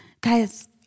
Guys